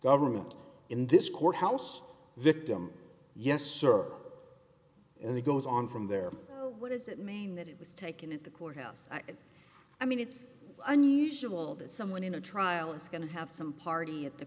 government in this courthouse victim yes sure and he goes on from there what does it mean that it was taken at the courthouse i mean it's unusual that someone in a trial is going to have some party at the